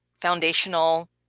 foundational